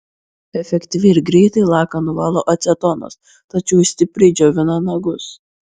efektyviai ir greitai laką nuvalo acetonas tačiau jis stipriai džiovina nagus